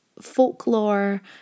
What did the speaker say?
folklore